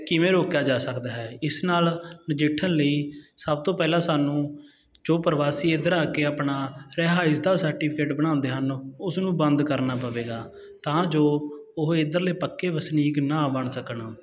ਕਿਵੇਂ ਰੋਕਿਆ ਜਾ ਸਕਦਾ ਹੈ ਇਸ ਨਾਲ ਨਜਿੱਠਣ ਲਈ ਸਭ ਤੋਂ ਪਹਿਲਾਂ ਸਾਨੂੰ ਜੋ ਪ੍ਰਵਾਸੀ ਇੱਧਰ ਆ ਕੇ ਆਪਣਾ ਰਿਹਾਇਸ਼ ਦਾ ਸਰਟੀਫਿਕੇਟ ਬਣਾਉਂਦੇ ਹਨ ਉਸ ਨੂੰ ਬੰਦ ਕਰਨਾ ਪਵੇਗਾ ਤਾਂ ਜੋ ਉਹ ਇੱਧਰਲੇ ਪੱਕੇ ਵਸਨੀਕ ਨਾ ਬਣ ਸਕਣ